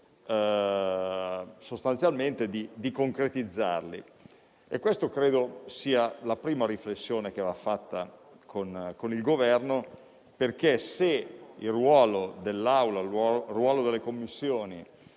e questa credo sia la prima riflessione che va fatta con il Governo. Infatti, se il ruolo dell'Assemblea e delle Commissioni